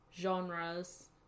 genres